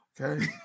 okay